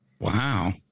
Wow